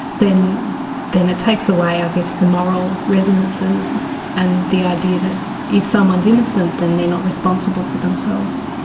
then then it takes away, i guess the moral resonances and the idea that if someone's innocent, then they're not responsible for themselves.